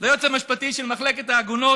ליועץ המשפטי של מחלקת העגונות,